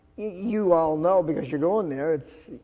you all know because you're going there it's,